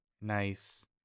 Nice